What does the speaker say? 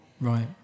Right